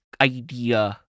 idea